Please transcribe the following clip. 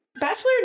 Bachelor